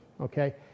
Okay